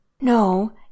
No